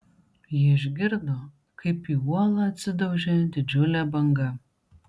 ji išgirdo kaip į uolą atsidaužė didžiulė banga